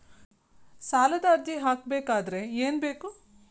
ಸಾಲದ ಅರ್ಜಿ ಹಾಕಬೇಕಾದರೆ ಏನು ಬೇಕು?